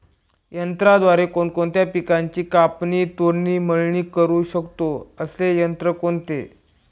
यंत्राद्वारे कोणकोणत्या पिकांची कापणी, तोडणी, मळणी करु शकतो, असे यंत्र कोणते?